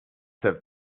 have